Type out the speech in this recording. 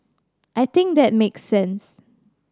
I think that make sense